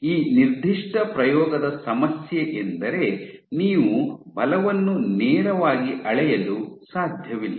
ಈ ನಿರ್ದಿಷ್ಟ ಪ್ರಯೋಗದ ಸಮಸ್ಯೆ ಎಂದರೆ ನೀವು ಬಲವನ್ನು ನೇರವಾಗಿ ಅಳೆಯಲು ಸಾಧ್ಯವಿಲ್ಲ